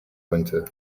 winter